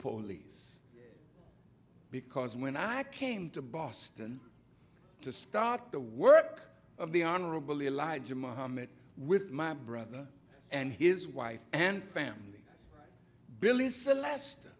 police because when i came to boston to start the work of the honorable elijah muhammad with my brother and his wife and family believes celeste